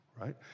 right